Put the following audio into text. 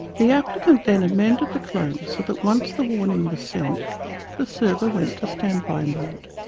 the applicant then amended the claims so that once the warning was sent the server went to stand-by mode.